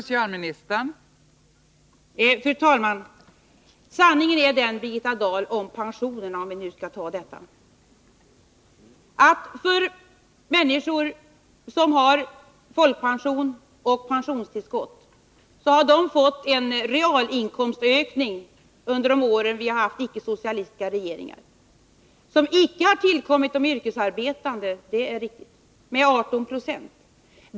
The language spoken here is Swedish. Fru talman! Sanningen om pensionerna, Birgitta Dahl, är — om vi nu skall ta upp detta — att människor som har folkpension och pensionstillskott fått en realinkomstökning på 18 26 under de år vi haft icke-socialistiska regeringar, realinkomstökningar som inte kommit de yrkesarbetande till del.